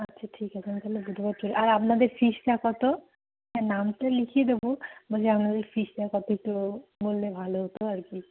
আচ্ছা ঠিক আছে আমি তাহলে বুধবার আর আপনাদের ফিজটা কত হ্যাঁ নাম তো লিখিয়ে দেবো বলছি আপনাদের ফিজটা কত একটু বললে ভালো হতো আর কি